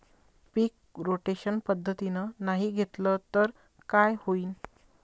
पीक rotation पद्धतीनं नाही घेतलं तर काय होईन?